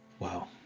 Wow